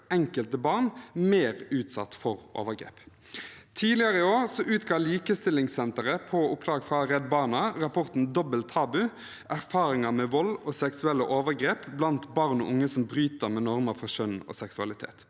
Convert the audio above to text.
enkelte barn mer utsatt for overgrep. Tidligere i år utga Likestillingssenteret på oppdrag fra Redd Barna rapporten «Dobbel tabu – Erfaringer med vold og seksuelle overgrep blant barn og unge som bryter med normer for kjønn og seksualitet».